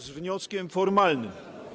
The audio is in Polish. Z wnioskiem formalnym.